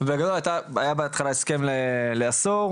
בגדול היה בהתחלה הסכם לחמש שנים,